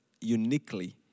uniquely